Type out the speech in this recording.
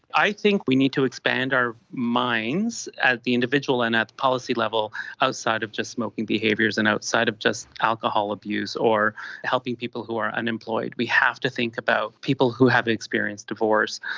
i think we need to expand our minds at the individual and at the policy level outside of just smoking behaviours and outside of just alcohol abuse or helping people who are unemployed. we have to think about people who have experienced divorce,